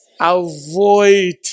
Avoid